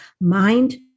mind